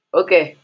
okay